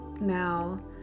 Now